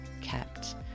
kept